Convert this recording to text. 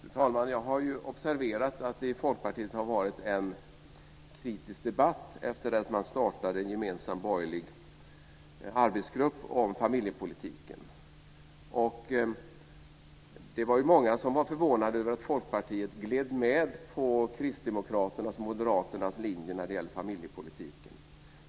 Fru talman! Jag har observerat att det i Folkpartiet har varit en kritisk debatt efter det att man startade en gemensam borgerlig arbetsgrupp om familjepolitiken. Det var ju många som var förvånade över att Folkpartiet gled med på Kristdemokraternas och Moderaternas linje när det gäller familjepolitiken.